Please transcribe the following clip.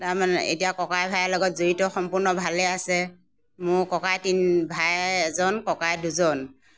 তাৰমানে এতিয়া ককাই ভাই লগত জড়িত সম্পূৰ্ণ ভালে আছে মোৰ ককাই তিন ভাই এজন ককাই দুজন